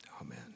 Amen